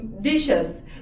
dishes